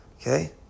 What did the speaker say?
Okay